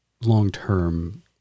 long-term